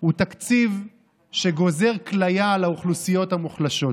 הוא תקציב שגוזר כליה על האוכלוסיות המוחלשות?